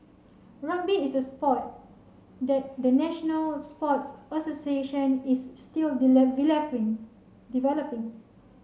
rugby is a spoil that the national sports association is still developing